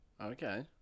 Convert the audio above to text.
Okay